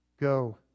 go